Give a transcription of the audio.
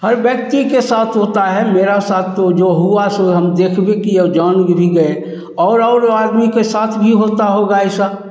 हर व्यक्ति के साथ होता है मेरा साथ तो जो हुआ सो हम देखबे कीये और जान भी गए और और आदमी के साथ भी होता होगा ऐसा